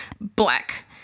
black